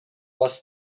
was